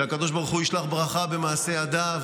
שהקדוש ברוך הוא ישלח ברכה במעשי ידיו